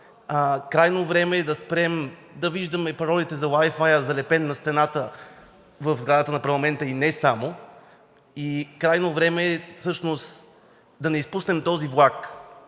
Крайно време е и да спрем да виждаме паролите на Wi-Fi, залепени на стена в сградата на парламента, и не само. Крайно време е всъщност да не изпуснем този влак